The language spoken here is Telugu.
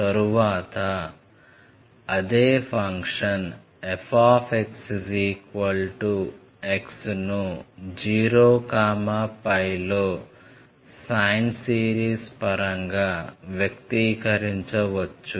తరువాత అదే ఫంక్షన్ fx x ను 0 π లో సైన్ సిరీస్ పరంగా వ్యక్తీకరించవచ్చు